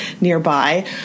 nearby